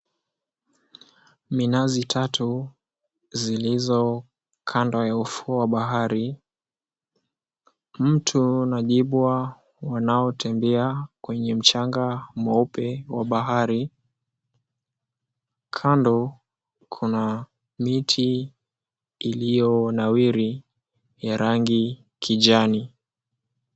Minazi tatu zilizokando ya ufuo wa bahari. Mtu na jibwa wanaotembea kwenye mchanga mweupe wa bahari, kando kuna miti iliyonawiri ya rangi kijani.